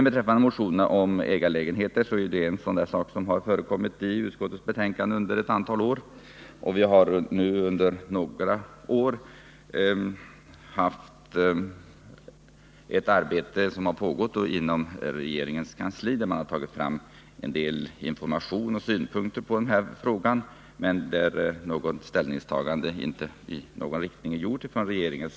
Beträffande motionerna om ägarlägenheter kan sägas att de gäller en sak som förekommit i utskottets betänkanden under ett antal år. Inom regeringens kansli har ett arbete pågått under några år; man har tagit fram en del informationer och synpunkter på denna fråga. Något ställningstagande i någon riktning har emellertid icke gjorts av regeringen.